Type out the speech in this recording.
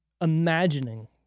imagining